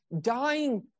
dying